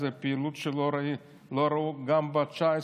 זו פעילות שלא ראו גם ב-2019,